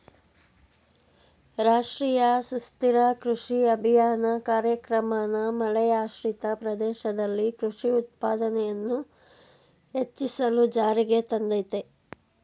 ರಾಷ್ಟ್ರೀಯ ಸುಸ್ಥಿರ ಕೃಷಿ ಅಭಿಯಾನ ಕಾರ್ಯಕ್ರಮನ ಮಳೆಯಾಶ್ರಿತ ಪ್ರದೇಶದಲ್ಲಿ ಕೃಷಿ ಉತ್ಪಾದನೆಯನ್ನು ಹೆಚ್ಚಿಸಲು ಜಾರಿಗೆ ತಂದಯ್ತೆ